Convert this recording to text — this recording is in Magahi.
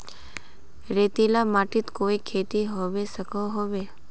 रेतीला माटित कोई खेती होबे सकोहो होबे?